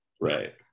Right